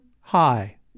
hi